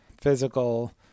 physical